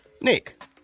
Nick